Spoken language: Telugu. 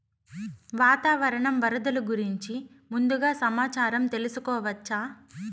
వాతావరణం వరదలు గురించి ముందుగా సమాచారం తెలుసుకోవచ్చా?